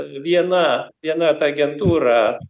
viena viena ta agentūra